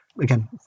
Again